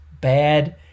bad